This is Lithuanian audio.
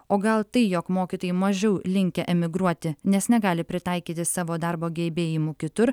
o gal tai jog mokytojai mažiau linkę emigruoti nes negali pritaikyti savo darbo gebėjimų kitur